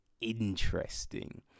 interesting